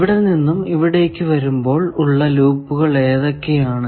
ഇവിടെ നിന്നും ഇവിടേയ്ക്ക് വരുമ്പോൾ ഉള്ള ലൂപ്പുകൾ ഏതൊക്കെയാണ്